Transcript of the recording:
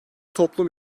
toplum